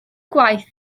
gwaith